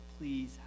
Please